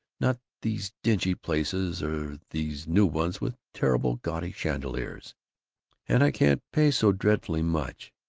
not these dingy places or these new ones with terrible gaudy chandeliers. and i can't pay so dreadfully much.